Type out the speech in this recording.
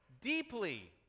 Deeply